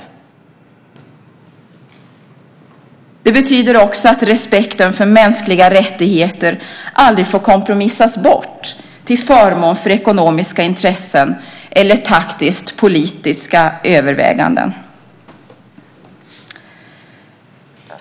Det betyder att respekten för mänskliga rättigheter aldrig får kompromissas bort till förmån för ekonomiska intressen eller taktiskt politiska överväganden.